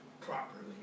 properly